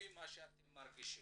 לפי מה שאתם מרגישים.